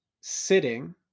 sitting